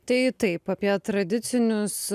tai taip apie tradicinius